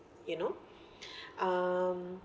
you know um